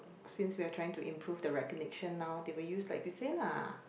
since we are trying to improve the recognition now they would use like the same lah